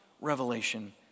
revelation